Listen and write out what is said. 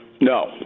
No